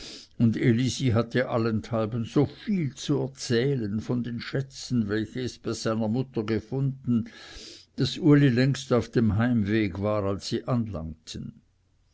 und elisi hatte allenthalben so viel zu er zählen von den schätzen welche es bei seiner mutter gefunden daß uli längst auf dem heimweg war als sie anlangten